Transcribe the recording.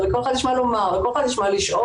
ולכל אחד יש מה לומר ולכל אחד יש מה לשאול.